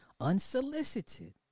unsolicited